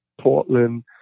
Portland